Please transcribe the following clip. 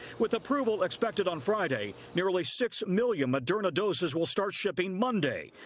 with approval expected on friday, nearly six million moderna doses will start shipping monday.